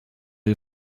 you